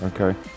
Okay